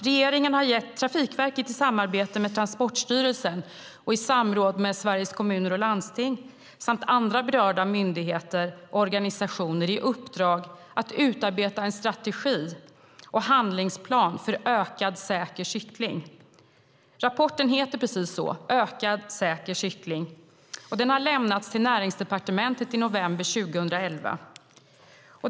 Regeringen har gett Trafikverket i samarbete med Transportstyrelsen och i samråd med Sveriges Kommuner och Landsting samt andra berörda myndigheter och organisationer i uppdrag att utarbeta en strategi och handlingsplan för ökad säker cykling. Rapporten heter precis så, Ökad och säker cykling , och den har lämnats till Näringsdepartementet i november 2011.